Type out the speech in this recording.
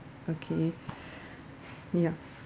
okay ya